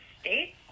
states